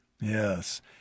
Yes